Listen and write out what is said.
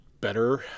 better